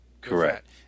Correct